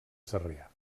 sarrià